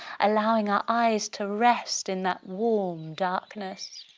allowing our eyes to rest in that warm darkness,